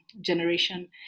generation